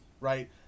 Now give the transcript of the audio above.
right